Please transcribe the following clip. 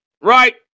right